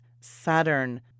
Saturn